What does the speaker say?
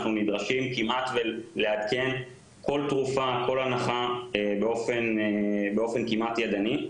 אנחנו נדרשים לעדכן כמעט כל תרופה וכל הנחה באופן כמעט ידני,